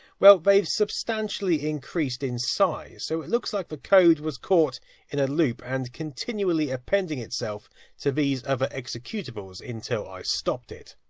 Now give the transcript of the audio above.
well, they've substantially increased in size. so it looks like the code was caught in a loop, and continually appending itself to these other executables, until i stopped it.